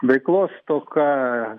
veiklos stoka